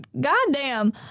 goddamn